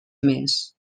més